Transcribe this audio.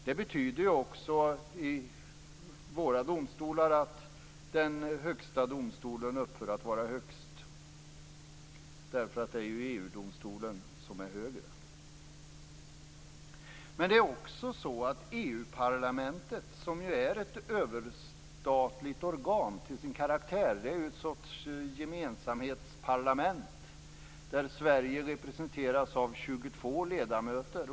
Det betyder också att den högsta domstolen i Sverige upphör att vara högst därför att EU-domstolen är högre. Men det är också så att EU-parlamentet, som ju är ett överstatligt organ till sin karaktär, är en sorts gemensamhetsparlament där Sverige representeras av 22 ledamöter.